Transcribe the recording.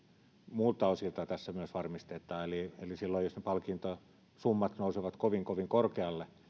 muilta osilta tässä varmistetaan eli eli jos ne palkintosummat nousevat kovin kovin korkealle